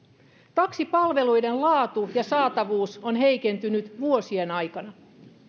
taksipalveluiden laatu ja saatavuus on heikentynyt vuosien aikana